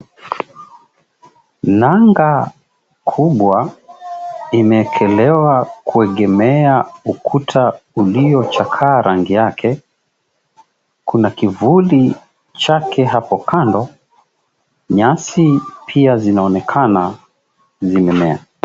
Nanga kubwa imeekelewa kuegemea ukuta ulio chakaa rangi yake. Kuna kivuli chake hapo kando. Nyasi pia zinaonekana zimemea.